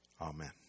Amen